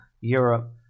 Europe